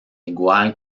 igual